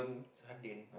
sardine